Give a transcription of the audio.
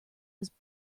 was